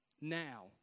Now